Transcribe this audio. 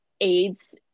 aids